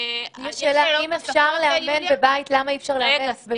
אם אפשר לאמן בבית למה אי אפשר לאמן בבית העסק?